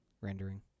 rendering